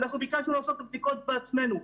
אנחנו ביקשנו לעשות את הבדיקות בעצמנו.